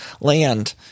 land